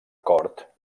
cort